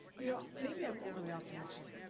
you know maybe i'm overly optimistic.